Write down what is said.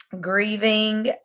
grieving